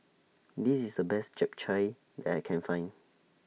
This IS The Best Japchae that I Can Find